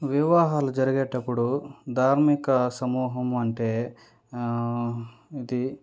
వివాహాలు జరిగేటప్పుడు ధార్మిక సమూహం అంటే